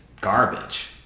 garbage